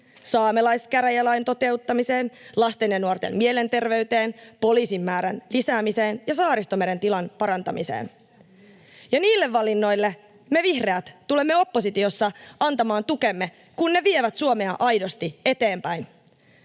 saamelaiskäräjälain toteuttamiseen, lasten ja nuorten mielenterveyteen, poliisien määrän lisäämiseen ja Saaristomeren tilan parantamiseen. Niille valinnoille me vihreät tulemme oppositiossa antamaan tukemme, kun ne vievät Suomea aidosti eteenpäin.